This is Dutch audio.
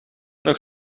nog